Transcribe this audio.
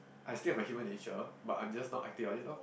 I still have my human nature oh but I'm just not acting on it lor